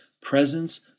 presence